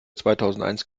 zweitausendeins